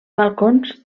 balcons